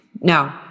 No